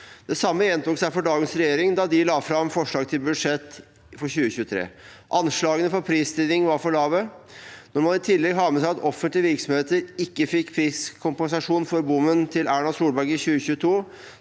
Det samme gjentok seg for dagens regjering da de la fram forslag til budsjett for 2023. Anslagene for prisstigning var for lave. Når man i tillegg har med seg at offentlige virksomheter ikke fikk priskompensasjon for bommen til Erna Solberg i 2022,